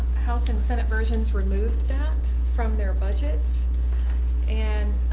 house and senate versions removed that from their budgets and